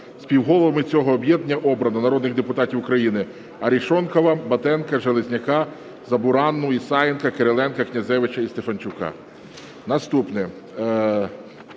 Співголовами цього об'єднання обрано народних депутатів України: Арешонкова, Батенка, Железняка, Забуранну, Ісаєнка, Кириленка, Князевича і Стефанчука.